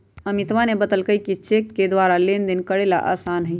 अमितवा ने बतल कई कि चेक के द्वारा लेनदेन करे ला आसान हई